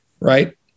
right